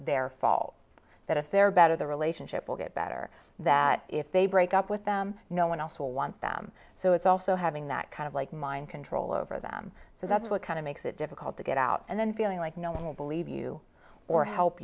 their fault that if they're better the relationship will get better that if they break up with them no one else will want them so it's also having that kind of like mind control over them so that's what kind of makes it difficult to get out and then feeling like no one will believe you or help